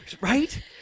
right